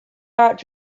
art